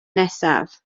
nesaf